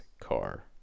car